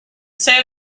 save